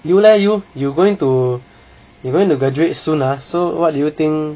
you leh you you going to you going to graduate soon ah so what do you think